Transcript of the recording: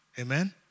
Amen